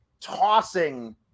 tossing